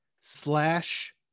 slash